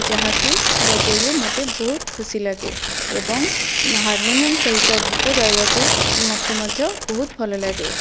ଯାହାକି ବଜାଇଲେ ମୋତେ ବହୁତ ଖୁସି ଲାଗେ ଏବଂ ହାରମୋନିୟମ ସହିତ ଗୀତ ଗାଇବାକୁ ମୋତେ ମଧ୍ୟ ବହୁତ ଭଲ ଲାଗେ